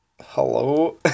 hello